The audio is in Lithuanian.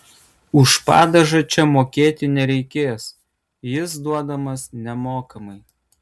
už padažą čia mokėti nereikės jis duodamas nemokamai